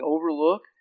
overlook